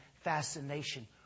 fascination